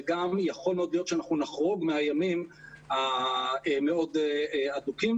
וגם יכול מאוד להיות שאנחנו נחרוג מהימים המאוד הדוקים.